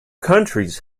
countries